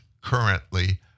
currently